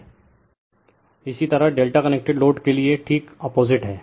refer slide time 1454 इसी तरह Δ connected load के लिए ठीक अपोजिट हैं